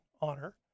honor